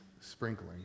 sprinkling